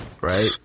right